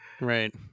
Right